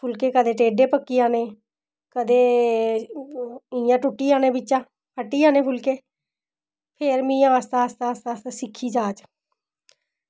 फुल्के कदें टेढ़े पक्की जाने कदें इ'यां टुटी जाने बिच्चा फट्टी जाने फुल्के फिर मीं आस्तै आस्तै सिक्खी जाच